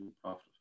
profit